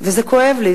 וזה כואב לי.